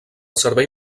servei